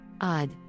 Odd